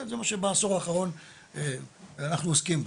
זה מה שבעשור האחרון שאנחנו עוסקים בו,